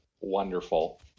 wonderful